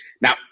Now